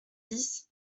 dix